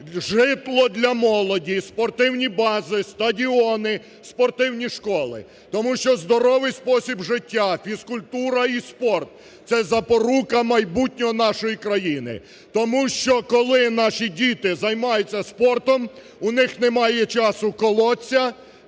житло для молоді, спортивні бази, стадіони, спортивні школи. Тому що здоровий спосіб життя, фізкультура і спорт – це запорука майбутнього нашої країни, тому що, коли наші діти займаються спортом, у них немає часу колотися,